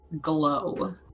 glow